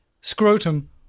scrotum